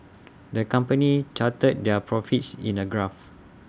the company charted their profits in A graph